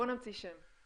בואו נמציא שם.